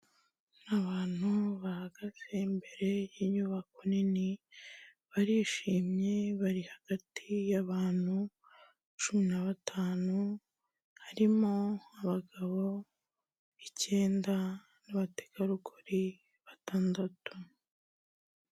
Abantu bahagaze imbere y'inyubako nini, barishimye, bari hagati y'abantu cumi na batanu, harimo abagabo ikenda n'abategarugori batandatu.